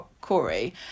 Corey